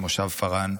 ממושב פארן,